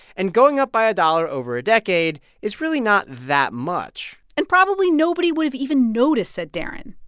and going up by a dollar over a decade is really not that much and probably, nobody would've even noticed, said darren,